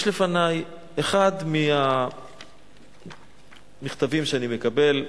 יש לפני אחד מהמכתבים שאני מקבל,